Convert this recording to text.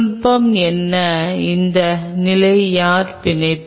நுட்பம் என்ன அந்த நிலைக்கு யார் பிணைப்பு